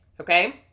Okay